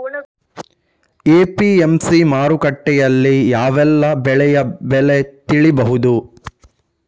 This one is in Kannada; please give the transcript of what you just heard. ಎ.ಪಿ.ಎಂ.ಸಿ ಮಾರುಕಟ್ಟೆಯಲ್ಲಿ ಯಾವೆಲ್ಲಾ ಬೆಳೆಯ ಬೆಲೆ ತಿಳಿಬಹುದು?